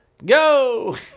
Go